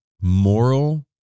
moral